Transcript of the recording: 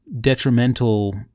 detrimental